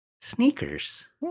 Sneakers